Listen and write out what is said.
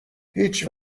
هیچ